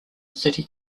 city